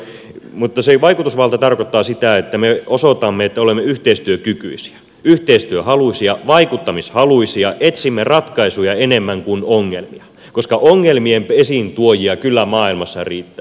mutta se vaikutusvalta tarkoittaa sitä että me osoitamme että olemme yhteistyökykyisiä yhteistyöhaluisia vaikuttamishaluisia etsimme ratkaisuja enemmän kuin ongelmia koska ongelmien esiintuojia kyllä maailmassa riittää